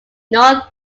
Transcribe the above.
north